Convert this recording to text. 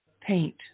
Paint